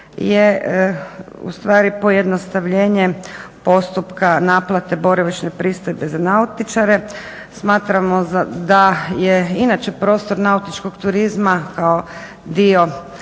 u stvari pojednostavljenje postupka naplate boravišne pristojbe za nautičare. Smatramo da je inače prostor nautičkog turizma kao dio